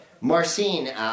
Marcin